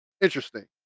interesting